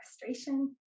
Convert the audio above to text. frustration